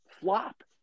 flop